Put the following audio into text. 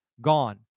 gone